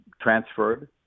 transferred